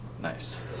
Nice